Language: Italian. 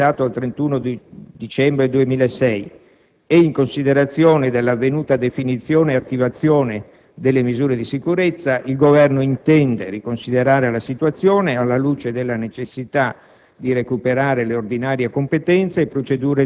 approssimandosi il termine di scadenza fissato al 31 dicembre 2006 e in considerazione dell'avvenuta definizione e attivazione delle misure di sicurezza, il Governo intende riconsiderare la situazione, alla luce della necessità